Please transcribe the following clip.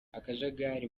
akajagari